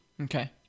Okay